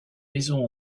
maisons